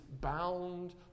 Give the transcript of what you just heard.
bound